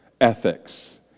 ethics